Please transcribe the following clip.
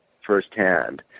firsthand